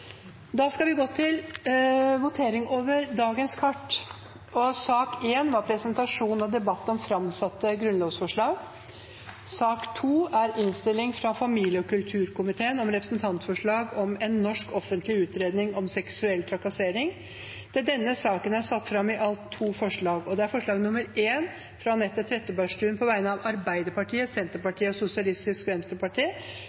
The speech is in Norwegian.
Da skal vi gå til votering over sakene på dagens kart. Sak nr. 1 var presentasjon og debatt om framsatte grunnlovsforslag. Under debatten er det satt fram to forslag. Det er forslag nr. 1, fra Anette Trettebergstuen på vegne av Arbeiderpartiet,